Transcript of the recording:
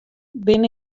binne